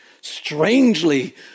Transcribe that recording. strangely